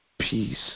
peace